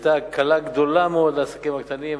זו היתה הקלה גדולה מאוד לעסקים הקטנים,